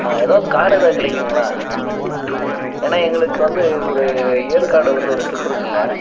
ஏதாவது கார் ஏதாவது கிடக்குங்களா ஏன்னா எங்களுக்கு வந்து ஒரு ஏற்காடு வந்து ஒரு ட்ரிப் இருக்குதுங்க